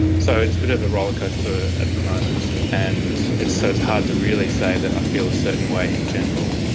so it's a bit of a rollercoaster at the moment, and so it's hard to really say that i feel a certain way in general.